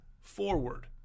forward